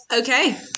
okay